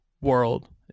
world